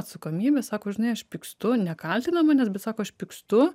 atsakomybę sako žinai aš pykstu nekaltina manęs bet sako aš pykstu